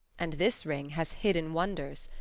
and this ring has hidden wonders.